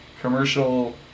commercial